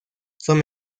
son